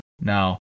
Now-